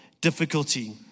difficulty